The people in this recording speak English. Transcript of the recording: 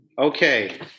Okay